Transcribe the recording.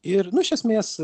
ir nu iš esmės